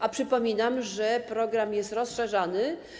A przypominam, że program jest rozszerzany.